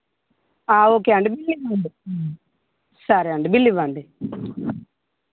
ఆ ఓకే అండి బిల్ ఇవ్వండి సరే అండి బిల్ ఇవ్వండి